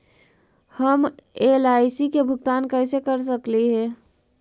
हम एल.आई.सी के भुगतान कैसे कर सकली हे?